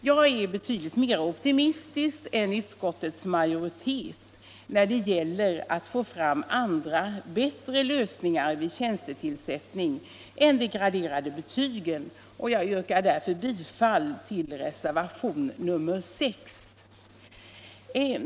Jag är betydligt mer optimistisk än utskottets majoritet när det gäller att få fram andra bättre lösningar vid tjänstetillsättning än de graderade betygen, och jag yrkar därför bifall till reservationen 6.